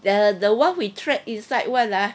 the the one we trap inside [one] ah